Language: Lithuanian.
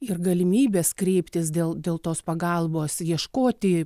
ir galimybės kreiptis dėl dėl tos pagalbos ieškoti